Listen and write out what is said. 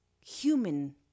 human